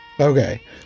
Okay